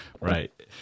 Right